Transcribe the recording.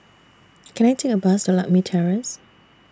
Can I Take A Bus to Lakme Terrace